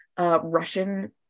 Russian